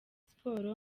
sports